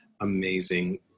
amazing